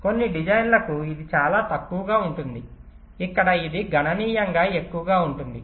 కొన్ని డిజైన్లకు ఇది చాలా తక్కువగా ఉంటుంది ఇక్కడ ఇది గణనీయంగా ఎక్కువగా ఉంటుంది